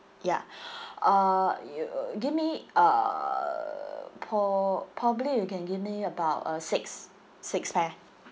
ya uh you give me uh pro~ probably you can give me about uh six six pair